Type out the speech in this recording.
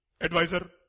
advisor